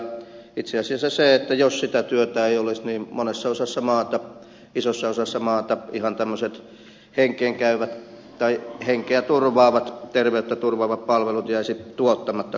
itse asiassa jos sitä työtä ei olisi niin monessa osassa maata isossa osassa maata ihan tämmöiset henkeä turvaavat terveyttä turvaavat palvelut jäisivät tuottamatta kokonaan